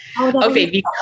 Okay